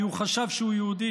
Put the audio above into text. כי הוא חשב שהוא יהודי.